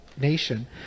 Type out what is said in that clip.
Nation